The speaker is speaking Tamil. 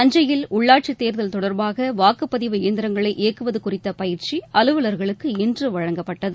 தஞ்சையில் உள்ளாட்சித் தேர்தல் தொடர்பாக வாக்குப்பதிவு இயந்திரங்களை இயக்குவது குறித்த பயிற்சி அலுவலர்களுக்கு இன்று வழங்கப்பட்டது